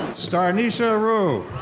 starnisha rue.